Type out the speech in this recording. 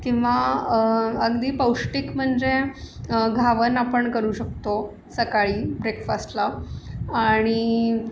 किंवा अगदी पौष्टिक म्हणजे घावन आपण करू शकतो सकाळी ब्रेकफास्टला आणि